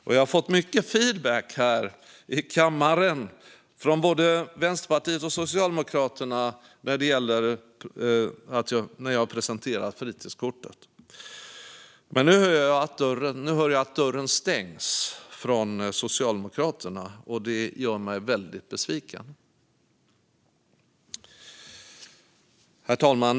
Och jag har fått mycket feedback här i kammaren från både Vänsterpartiet och Socialdemokraterna när jag har presenterat fritidskortet. Men nu hör jag att dörren stängs från Socialdemokraterna, och det gör mig väldigt besviken. Fru talman!